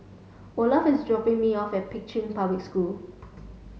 Olaf is dropping me off at Pei Chun Public School